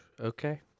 Okay